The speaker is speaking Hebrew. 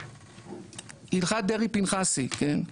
הלכת דרעי פנחסי כן?